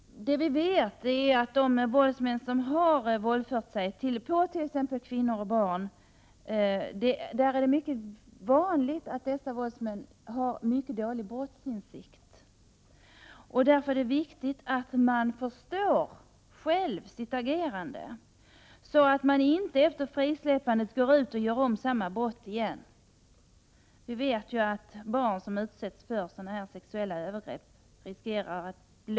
Det vi vet är att det är mycket vanligt att de våldsmän som har våldfört sig på kvinnor och barn har en mycket dålig brottsinsikt. Därför är det viktigt att de själva förstår sitt agerande, så att de inte efter frisläppandet går ut och gör om samma brott igen. Vi vet att de som utsätts för sådana här sexuella övergrepp riskerar att Prot.